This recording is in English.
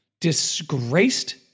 disgraced